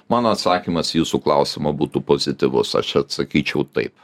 mano atsakymas į jūsų klausimą būtų pozityvus aš atsakyčiau taip